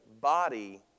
body